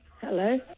Hello